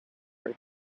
for